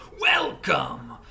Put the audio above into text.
Welcome